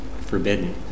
forbidden